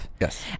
Yes